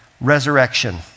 resurrection